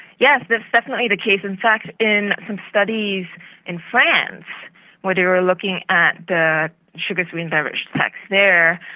yes, that's definitely the case. in fact in some studies in france where they were looking at the sugar sweetened beverage tax there,